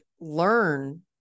Learn